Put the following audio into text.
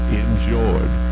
enjoyed